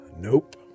Nope